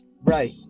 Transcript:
right